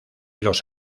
los